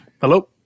Hello